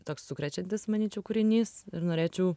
toks sukrečiantis manyčiau kūrinys ir norėčiau